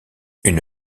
une